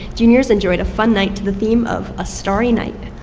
juniors enjoyed a fun night to the theme of a starry night.